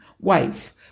wife